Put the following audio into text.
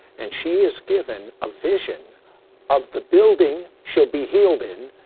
and she is given a vision of the building she'll be healed in.